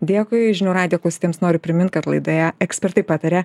dėkui žinių radijo klausytojams noriu primint kad laidoje ekspertai pataria